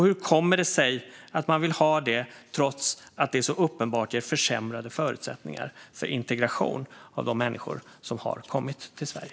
Hur kommer det sig att man vill ha det trots att det så uppenbart ger försämrade förutsättningar för integration av de människor som har kommit till Sverige?